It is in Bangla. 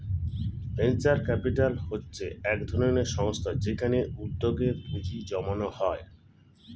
ভেঞ্চার ক্যাপিটাল হচ্ছে একধরনের সংস্থা যেখানে উদ্যোগে পুঁজি জমানো হয়